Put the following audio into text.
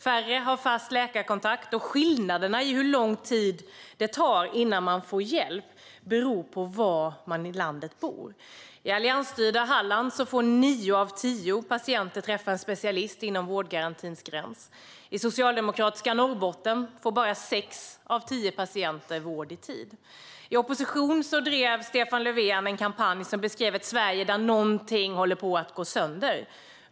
Färre har en fast läkarkontakt, och hur lång tid det tar innan man får hjälp beror på var i landet man bor. I alliansstyrda Halland får nio av tio patienter träffa en specialist inom vårdgarantins gräns. I socialdemokratiska Norrbotten får bara sex av tio patienter vård i tid. I opposition drev Stefan Löfven en kampanj där man beskrev ett Sverige där någonting höll på att gå sönder.